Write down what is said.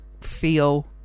feel